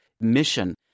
mission